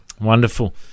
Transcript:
Wonderful